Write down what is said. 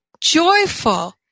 joyful